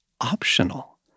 optional